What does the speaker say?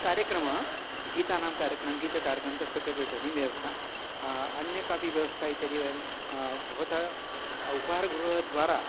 कार्यक्रमः गीतानां कार्यक्रमः गीतकार्यक्रमः तस्य कृते ध्वनिव्यवस्था अन्या कापि व्यवस्था इत्यादयः वयं भवतः उपहारगृहद्वारा